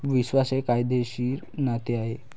विश्वास हे कायदेशीर नाते आहे